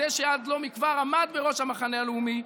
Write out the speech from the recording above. זה שעד לא מכבר עמד בראש המחנה הלאומי,